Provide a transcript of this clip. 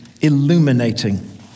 illuminating